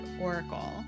Oracle